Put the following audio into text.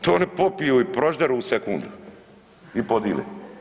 To oni popiju i prožderu u sekundu i podile.